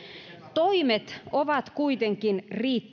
toimet ovat kuitenkin